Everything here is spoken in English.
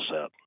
set